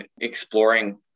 exploring